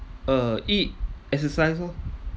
uh eat exercise lor